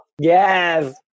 yes